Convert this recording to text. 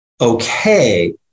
okay